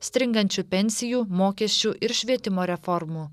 stringančių pensijų mokesčių ir švietimo reformų